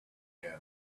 again